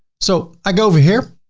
so i go over here,